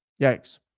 Yikes